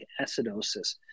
acidosis